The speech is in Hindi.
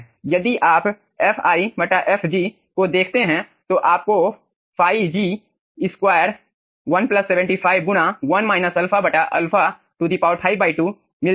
यदि आप fi fg को देखते हैं तो आपको ϕ g2 1 75 1 α α 52 मिल जाएगा